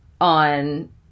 On